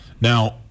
Now